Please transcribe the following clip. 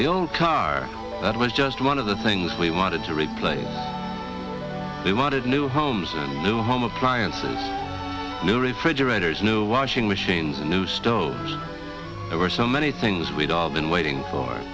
the old car that was just one of the things we wanted to replace they wanted new homes new home appliances new refrigerators new washing machine new stove there were so many things we'd all been waiting for